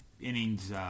innings